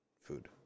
food